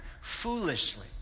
foolishly